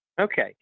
Okay